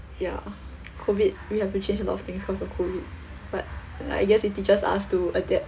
ya COVID we have to change a lot of things cause of COVID but I guess it teaches us to adapt